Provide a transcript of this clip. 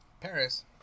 Paris